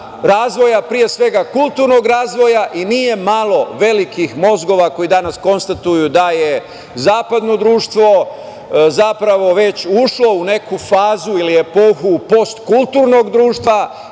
pre svega kulturnog razvoja, i nije malo velikih mozgova koji danas konstatuju da je zapadno društvo, zapravo, već ušlo u neku fazu ili epohu postkulturnog društva,